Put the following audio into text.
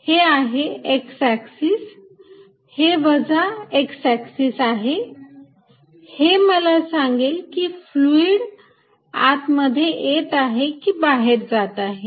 हे आहे x axis हे वजा x एक्सिस आहे हे मला सांगेल की फ्लुईड आत मध्ये येत आहे की बाहेर जात आहे